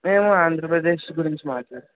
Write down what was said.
మేము ఆంధ్రప్రదేశ్ గురించి మాట్లాడు